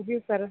जी sir